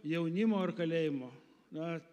jaunimo ar kalėjimo na